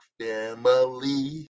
family